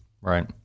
Right